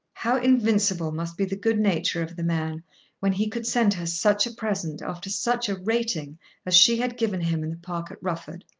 how invincible must be the good-nature of the man when he could send her such a present after such a rating as she had given him in the park at rufford!